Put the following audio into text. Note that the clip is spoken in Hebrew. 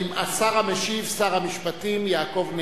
השר המשיב, שר המשפטים, יעקב נאמן.